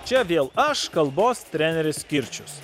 čia vėl aš kalbos treneriskirčius